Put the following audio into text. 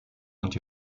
und